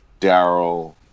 Daryl